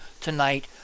tonight